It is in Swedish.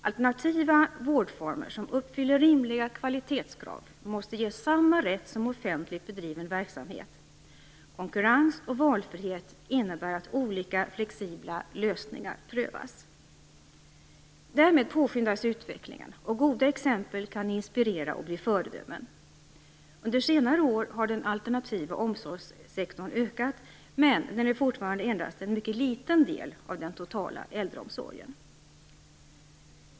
Alternativa vårdformer som uppfyller rimliga kvalitetskrav måste ges samma rätt som offentligt bedriven verksamhet. Konkurrens och valfrihet innebär att olika flexibla lösningar prövas. Därmed påskyndas utvecklingen och goda exempel kan inspirera och bli föredömen. Under senare år har den alternativa omsorgssektorn ökat, men den är fortfarande endast en mycket liten del av den totala äldreomsorgen.